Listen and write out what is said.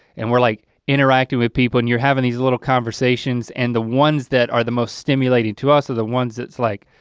and we're like interacting with people and you're having these little conversations, and the ones that are the most stimulating to us are the ones that's like,